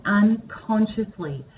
unconsciously